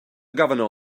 governor